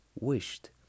wished